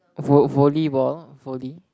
vo~ volleyball volley